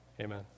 amen